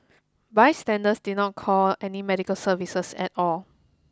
bystanders did not call any medical services at all